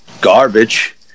garbage